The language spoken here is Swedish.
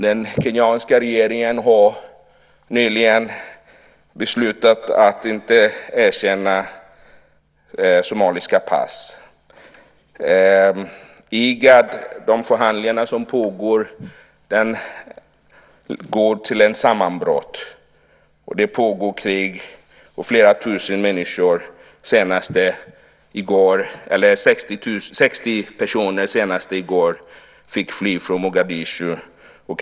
Den kenyanska regeringen har nyligen beslutat att inte erkänna somaliska pass. De förhandlingar som pågår i IGAD går mot ett sammanbrott. Det pågår krig, och flera tusen människor flyr. Senast i går fick 60 personer fly från Mogadishu.